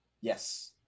Yes